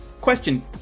Question